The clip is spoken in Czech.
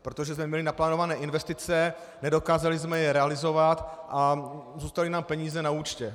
Protože jsme měli naplánované investice, nedokázali jsme je realizovat a zůstaly nám peníze na účtě.